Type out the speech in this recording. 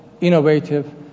innovative